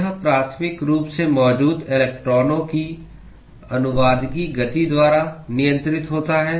यह प्राथमिक रूप से मौजूद इलेक्ट्रॉनों की अनुवादकीय गति द्वारा नियंत्रित होता है